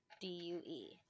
D-U-E